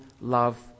love